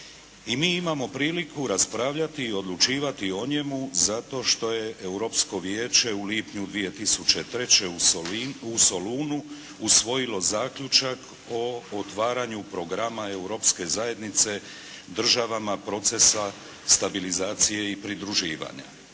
I mi imamo priliku raspravljati i odlučivati o njemu zato što je europsko vijeće u lipnju 2003. o Solunu usvojilo zaključak o otvaranju programa Europske zajednice državama procesa stabilizacije i pridruživanja.